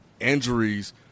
injuries